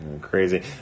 crazy